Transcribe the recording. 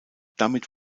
damit